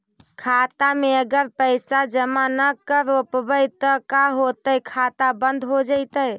खाता मे अगर पैसा जमा न कर रोपबै त का होतै खाता बन्द हो जैतै?